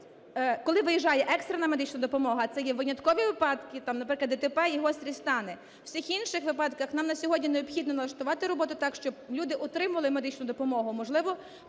Коли виїжджає екстрена медична допомога – це є виняткові випадки, наприклад, ДТП і гострі стани. У всіх інших випадках нам на сьогодні необхідно налаштувати роботу так, щоб люди отримали медичну допомоги,